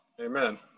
Amen